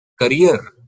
Career